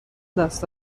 دست